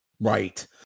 Right